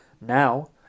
Now